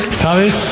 ¿Sabes